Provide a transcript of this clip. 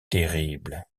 terrible